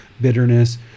bitterness